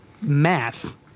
math